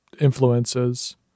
influences